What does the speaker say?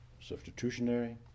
substitutionary